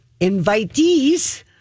invitees